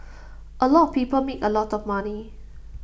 A lot of people made A lot of money